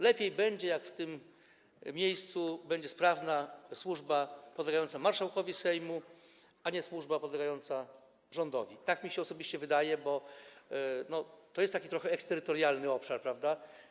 Lepiej będzie, jak w tym miejscu będzie sprawna służba podlegająca marszałkowi Sejmu, a nie służba podlegająca rządowi, tak mi się osobiście wydaje, bo to jest taki trochę eksterytorialny obszar, prawda?